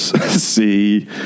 see